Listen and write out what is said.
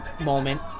moment